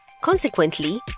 Consequently